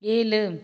ஏழு